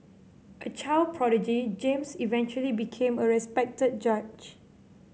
a child prodigy James eventually became a respected judge